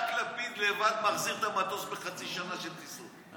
רק לפיד לבד מחזיר את המטוס בחצי שנה של טיסות.